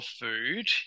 food